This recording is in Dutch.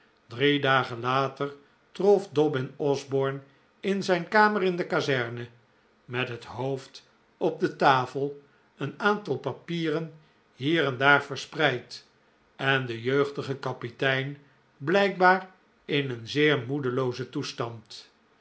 drie dagen later trof dobbin osborne in zijn kamer in de kazerne met het hoofd op de tafel een aantal papieren hier en daar verspreid en de jeugdige kapitein blijkbaar in een zeer moedeloozen toestand